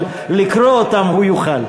אבל לקרוא אותם הוא יוכל.